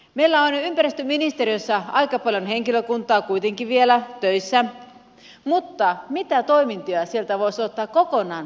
meillä on ympäristöministeriössä aika paljon henkilökuntaa kuitenkin vielä töissä mutta mitä toimintoja sieltä voisi ottaa kokonaan pois